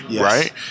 right